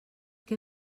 què